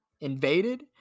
invaded